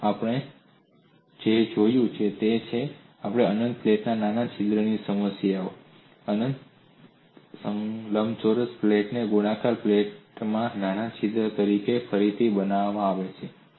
તો આપણે જે જોયું છે તે એ છે કે આપણે અનંત પ્લેટમાં નાના છિદ્રની સમસ્યા જોઈ છે અનંત લંબચોરસ પ્લેટને ગોળાકાર પ્લેટમાં નાના છિદ્ર તરીકે ફરીથી બનાવવામાં આવે છે